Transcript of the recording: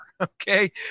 okay